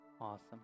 Awesome